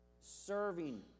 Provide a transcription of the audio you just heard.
Serving